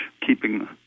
keeping